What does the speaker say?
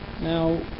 Now